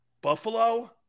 Buffalo